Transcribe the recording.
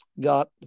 got